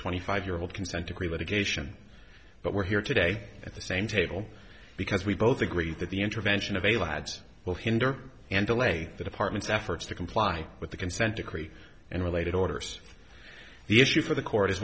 twenty five year old consent decree litigation but we're here today at the same table because we both agree that the intervention of a lads will hinder and delay the department's efforts to comply with the consent decree and related orders the issue for the court is